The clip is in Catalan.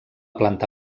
planta